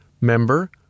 member